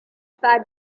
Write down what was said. fat